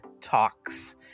talks